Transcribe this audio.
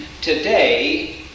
Today